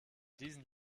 diesen